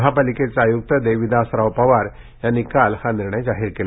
महापालिकेचे आयुक्त देविदासराव पवार यांनी काल हा निर्णय जाहीर केला